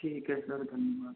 ठीक है सर धन्यवाद